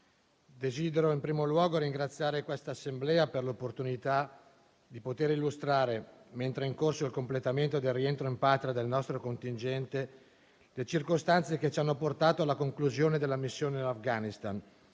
desidero, in primo luogo, ringraziare questa Assemblea per l'opportunità di poter illustrare, mentre è in corso il completamento del rientro in patria del nostro contingente, le circostanze che ci hanno portato alla conclusione della missione in Afghanistan,